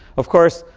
of course,